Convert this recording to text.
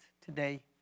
today